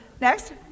Next